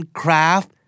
craft